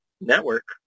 network